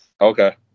Okay